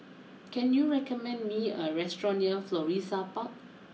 can you recommend me a restaurant near Florissa Park